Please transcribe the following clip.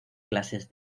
clases